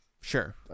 Sure